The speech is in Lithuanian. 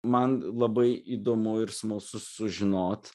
man labai įdomu ir smalsu sužinot